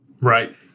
Right